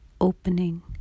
opening